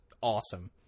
awesome